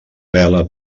bela